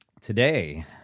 today